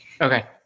Okay